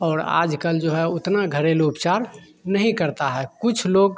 और आज कल जो है उतना घरेलू उपचार नहीं करता है कुछ लोग